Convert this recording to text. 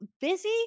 busy